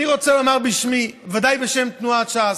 אני רוצה לומר בשמי, בוודאי בשם תנועת ש"ס: